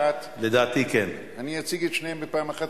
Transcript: תבטיח כי לאחר ההנפקה יתנהל התאגיד על-פי עקרונות